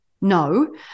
no